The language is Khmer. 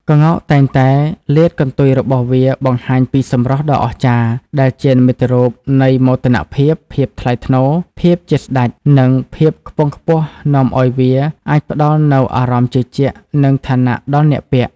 ក្ងោកតែងតែលាតកន្ទុយរបស់វាបង្ហាញពីសម្រស់ដ៏អស្ចារ្យ ដែលជានិមិត្តរូបនៃ មោទនភាព ភាពថ្លៃថ្នូរ ភាពជាស្តេច និង ភាពខ្ពង់ខ្ពស់នាំឲ្យវាអាចផ្តល់នូវអារម្មណ៍ជឿជាក់ និងឋានៈដល់អ្នកពាក់។